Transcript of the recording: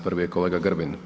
Prvi je kolega Grbin.